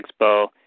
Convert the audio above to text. expo